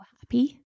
happy